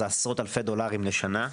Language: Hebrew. עשרות-אלפי דולרים בשנה.